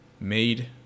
made